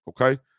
Okay